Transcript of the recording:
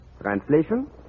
Translation